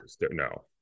no